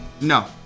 No